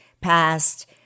passed